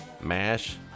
MASH